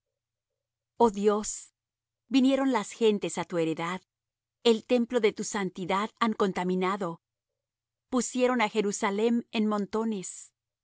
oh dios vinieron las gentes á tu heredad el templo de tu santidad han contaminado pusieron á jerusalem en montones